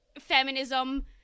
feminism